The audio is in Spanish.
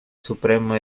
supremo